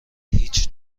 هیچ